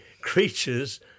creatures